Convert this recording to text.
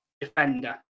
defender